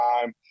time